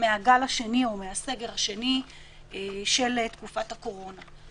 מהגל השני או מהסגר השני של תקופת הקורונה.